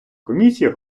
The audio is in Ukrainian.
комісія